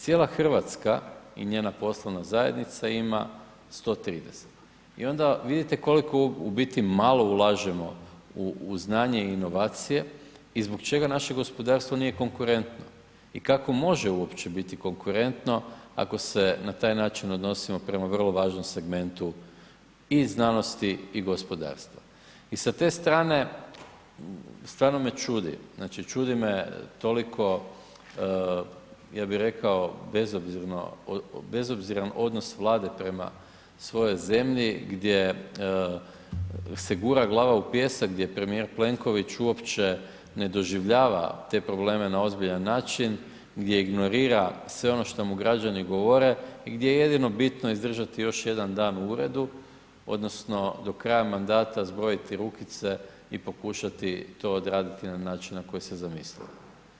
Cijela Hrvatska i njena poslovna zajednica ima 130 i onda vidite koliko u biti malo ulažemo u znanje i inovacije i zbog čega naše gospodarstvo nije konkurentno i kako može uopće biti konkurentno ako se na taj način odnosimo prema vrlo važnom segmentu i znanosti i gospodarstva i sa te strane stvarno me čudi, znači čudi me toliko ja bi rekao, bezobziran odnos Vlade prema svojoj zemlji gdje se gura glava u pijesak, gdje premijer Plenković uopće ne doživljava te probleme na ozbiljan način, gdje ignorira sve ono šta mu građani govore, gdje je jedino bitno izdržati još jedan dan u uredu odnosno do kraja mandata zbrojiti rukice i pokušati to odraditi na način na koji se zamislilo.